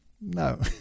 No